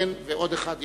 ועוד אחד יכול.